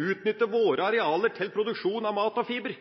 utnytte våre arealer til produksjon av mat og fiber.